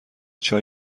چای